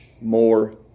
more